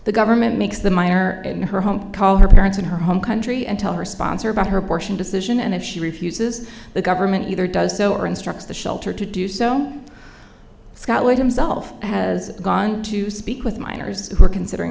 the government makes the minor in her home to call her parents in her home country and tell her sponsor about her portion decision and if she refuses the government either does so or instructs the shelter to do so scott like himself has gone to speak with minors who are considering